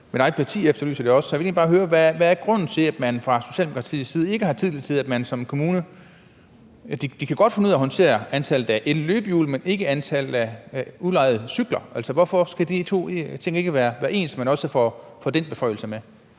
Så jeg vil egentlig bare høre, hvad grunden er til, at man fra Socialdemokratiets side ikke har den tillid: Altså, man kan som kommune godt finde ud af at håndtere antallet af elløbehjul, men ikke antallet af udlejningscykler. Hvorfor skal de to ting ikke være ens, så man også får den beføjelse med?